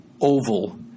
oval